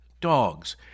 dogs